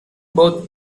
both